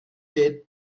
gate